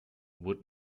would